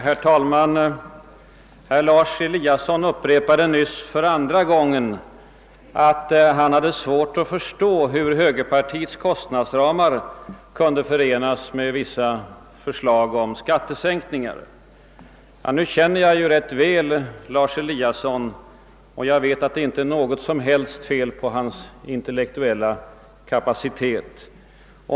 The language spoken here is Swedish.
Herr talman! Lars Eliasson upprepade nyss för andra gången, att han hade svårt att förstå hur högerpartiets kostnadsramar kunde förenas med våra förslag om skattesänkningar. Nu känner jag ju Lars Eliasson rätt väl, och jag vet att det inte är något fel på hans intel lektuella kapacitet.